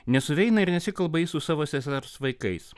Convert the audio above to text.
nesuveina ir nesikalba ji su savo sesers vaikais